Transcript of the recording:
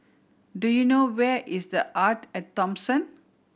do you know where is The Arte At Thomson